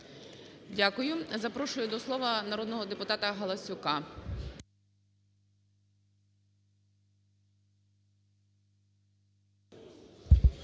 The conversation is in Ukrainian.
Дякую. Запрошую до слова народного депутата Кіссе.